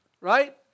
right